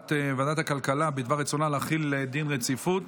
הודעת ועדת הכלכלה על רצונה להחיל דין רציפות